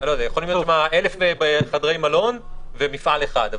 יכולים להיות 1,000 חדרי מלון ומפעל אחד,